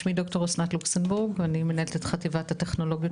שמי ד"ר אסנת לוקסנבורג ואני מנהלת חטיבת הטכנולוגיות